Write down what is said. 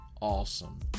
Awesome